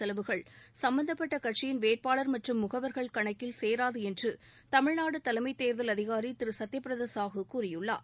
செலவுகள் சும்பந்தப்பட்ட கட்சியின் வேட்பாளர் மற்றும் முகவர்கள் கணக்கில் சேராது என்று தமிழ்நாடு தலைமை தேர்தல் அதிகாரி திரு சுத்தயபிரத சாகு கூறியிருக்கிறார்